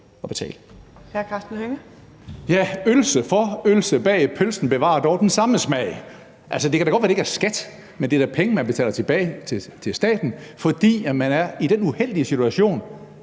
Ja, ølse for, ølse bag, pølsen bevarer dog den samme smag. Det kan godt være, at det ikke er skat, men det er da penge, man betaler tilbage til staten, fordi man er i den uheldige situation,